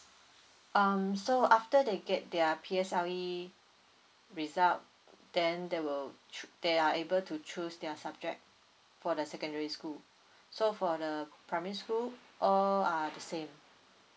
um so after they get their P_S_L_E result then they will ch~ they are able to choose their subject for the secondary school so for the primary school all are the same